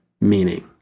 meaning